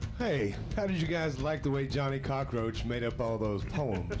hey, how did you guys like the way johnny cockroach made up all those poems?